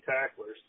tacklers